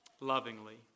lovingly